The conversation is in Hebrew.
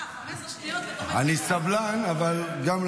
למי אמרת ששש, אדוני היושב-ראש, לה אמרתי, וגם לו.